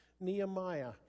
Nehemiah